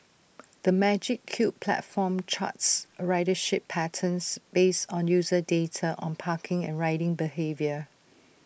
the magic Cube platform charts ridership patterns based on user data on parking and riding behaviour